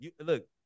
look